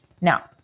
Now